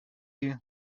you